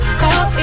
call